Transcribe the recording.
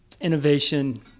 innovation